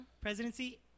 presidency